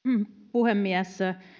puhemies